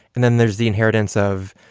and then there's the inheritance of